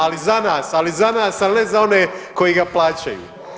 Ali za nas, ali za nas, al ne za one koji ga plaćaju.